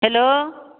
hello